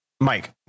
Mike